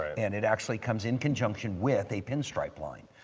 and it actually comes in conjunction with a pinstripe line.